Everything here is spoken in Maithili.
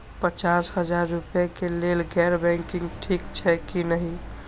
पचास हजार रुपए के लेल गैर बैंकिंग ठिक छै कि नहिं?